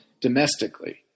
domestically